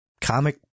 comic